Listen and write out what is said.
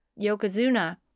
Yokozuna